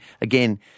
again